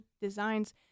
designs